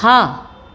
હા